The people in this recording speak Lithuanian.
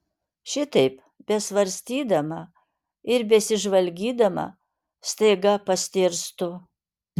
šitaip besvarstydama ir besižvalgydama staiga pastėrstu